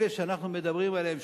אלה שאנחנו מדברים עליהם,